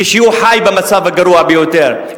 כשהוא חי במצב הגרוע ביותר.